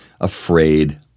afraid